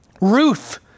Ruth